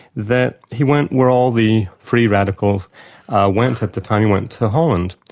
that he went where all the free radicals went at the time, he went to holland.